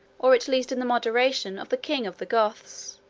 or at least in the moderation, of the king of the goths.